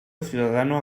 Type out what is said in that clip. ciudadano